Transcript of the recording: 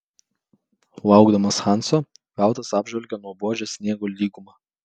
laukdamas hanso veltas apžvelgė nuobodžią sniego lygumą